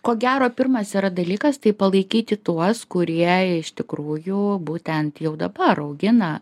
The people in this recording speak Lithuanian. ko gero pirmas dalykas tai palaikyti tuos kurie iš tikrųjų būtent jau dabar augina